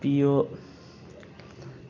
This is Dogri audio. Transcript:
भी ओह्